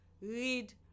Read